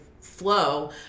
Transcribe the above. flow